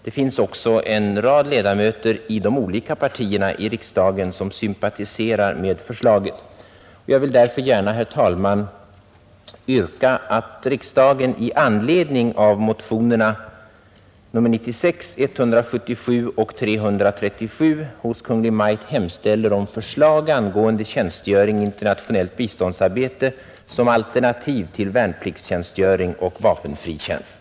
Det är också en rad ledamöter i de olika partierna i riksdagen som sympatiserar med förslaget. Jag vill därför gärna, herr talman, yrka att riksdagen i anledning av motionerna 96, 177 och 337 hos Kungl. Maj:t hemställer om förslag angående tjänstgöring i internationellt biståndsarbete som alternativ till värnpliktstjänstgöring och vapenfri tjänst.